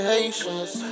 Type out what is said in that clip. Haitians